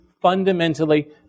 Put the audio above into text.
fundamentally